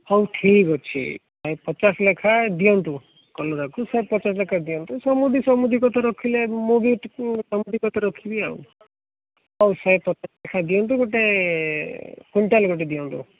ହଉ ଠିକ୍ ଅଛି ଶହେ ପଚାଶ ଲେଖାଁ ଦିଅନ୍ତୁ କଲରାକୁ ପଚାଶ ଦିଅନ୍ତୁ ସମୁଦି ସମୁଦି କଥା ରଖିଲେ ମୁଁ ବି ଟିକେ ସମୁଦି କଥା ରଖିବି ଆଉ ହଉ ସେ ଶହେ ପଚାଶ ଲେଖାଁ ଦିଅନ୍ତୁ ଗୋଟେ କ୍ୱିଣ୍ଟାଲ୍ ଗୋଟେ ଦିଅନ୍ତୁ